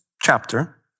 chapter